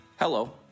Hello